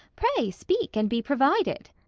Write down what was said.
pray speak, and be provided.